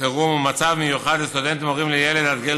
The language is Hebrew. חירום ובמצב מיוחד ולסטודנטים הורים לילד עד גיל